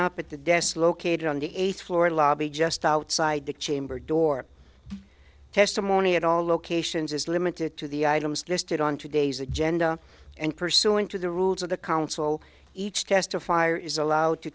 up at the desk located on the eighth floor lobby just outside the chamber door testimony at all locations is limited to the items listed on today's agenda and pursuant to the rules of the counsel each testifier is allowed to